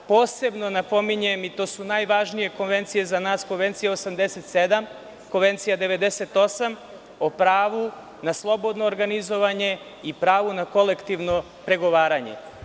Posebno napominjem, to su najvažnije konvencije za nas, Konvencija 87, Konvencija 98, o pravu na slobodno organizovanje i pravu na kolektivno pregovaranje.